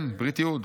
כן, ברית ייעוד.